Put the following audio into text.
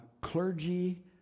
clergy